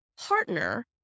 partner